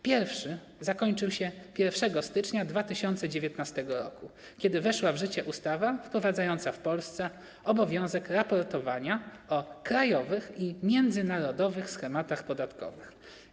Pierwszy zakończył się 1 stycznia 2019 r., kiedy weszła w życie ustawa wprowadzająca w Polsce obowiązek raportowania o krajowych i międzynarodowych schematach podatkowych.